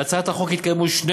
בהצעת החוק התקיימו שני